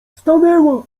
stanęła